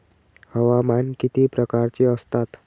हवामान किती प्रकारचे असतात?